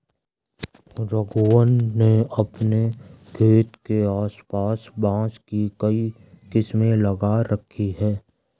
राघवन ने अपने खेत के आस पास बांस की कई किस्में लगा रखी हैं